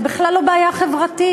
זו בכלל לא בעיה חברתית,